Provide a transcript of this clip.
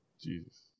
Jesus